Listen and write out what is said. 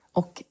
och